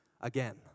again